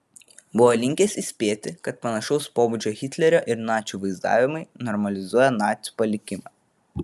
buvo linkęs įspėti kad panašaus pobūdžio hitlerio ir nacių vaizdavimai normalizuoja nacių palikimą